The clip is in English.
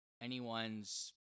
anyone's